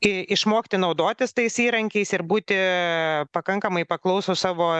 i išmokti naudotis tais įrankiais ir būti pakankamai paklausūs savo